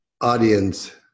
audience